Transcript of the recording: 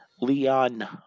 Leon